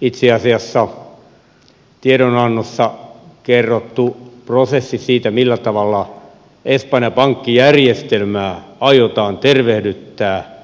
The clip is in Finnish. itse asiassa tiedonannossa kerrottu prosessi siitä millä tavalla espanjan pankkijärjestelmää aiotaan tervehdyttää